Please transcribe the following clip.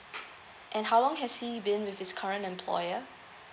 and how long has he been with his current employer